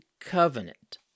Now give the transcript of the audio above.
covenant